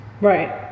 Right